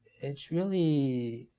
it's really.